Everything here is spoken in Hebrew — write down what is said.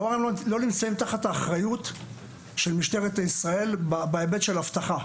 כלומר הם לא נמצאים תחת האחריות של משטרת ישראל בהיבט של אבטחה.